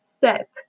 set